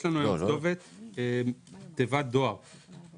בחיסכון הזה יש לנו היום כתובת או תיבת דואר למכתב.